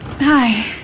Hi